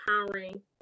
empowering